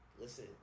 Listen